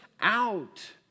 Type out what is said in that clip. out